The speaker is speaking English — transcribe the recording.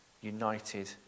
united